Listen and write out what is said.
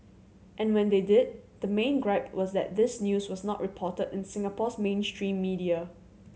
and when they did the main gripe was that this news was not reported in Singapore's mainstream media